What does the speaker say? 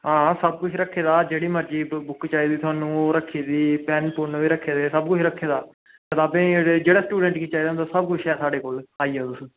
आं सब किश रक्खे दा जेह्ड़ी मर्जी बुक्क चाहिदी थुहानू आ ओह् रक्खी दी पेन रक्खे दा सबकुछ रक्खे दा जेह्ड़ा स्टूडेंट गी चाहिदा होंदा सबकुछ ऐ साढ़े कोल